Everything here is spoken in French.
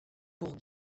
pour